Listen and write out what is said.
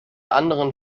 anderen